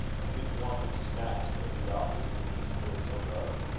to meet one who snatched at the offered means of spiritual growth,